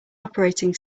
operating